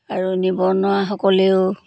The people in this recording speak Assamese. আৰু নিবনুৱাসকলেও